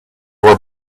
were